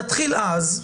נתחיל אז,